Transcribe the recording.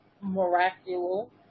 miraculous